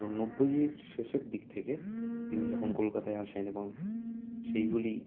তো নব্বইয়ের শেষের দিক থেকে তিনি যখন কলকাতায় আসেন এবং সেইগুলি